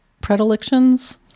predilections